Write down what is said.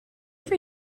for